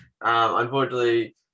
unfortunately